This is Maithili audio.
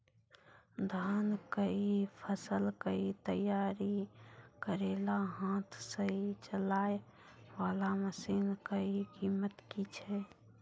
धान कऽ फसल कऽ तैयारी करेला हाथ सऽ चलाय वाला मसीन कऽ कीमत की छै?